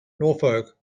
norfolk